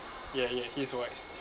ya ya he's wise